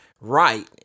right